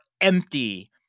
empty